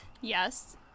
Yes